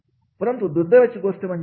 परंतु दुर्दैवाची गोष्ट म्हणजे